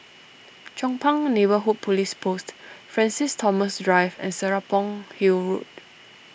Chong Pang Neighbourhood Police Post Francis Thomas Drive and Serapong Hill Road